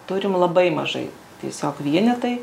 turime labai mažai tiesiog vienetai